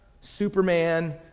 Superman